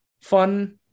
fun